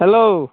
hello